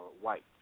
white